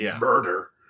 murder